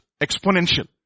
exponential